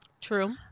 True